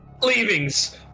leavings